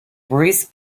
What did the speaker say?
bruce